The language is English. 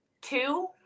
two